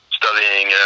studying